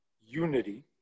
unity